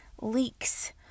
leaks